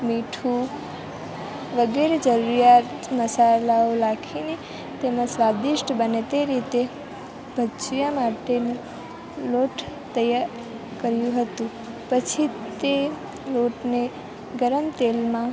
મીઠું વગેરે જરૂરિયાત મસાલાઓ લાખીને તેમાં સ્વાદિષ્ટ બને તે રીતે ભજીયા માટેનું લોટ તૈયાર કર્યું હતું પછી તે લોટને ગરમ તેલમાં